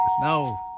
no